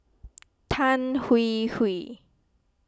Tan Hwee Hwee